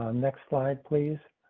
um next slide please.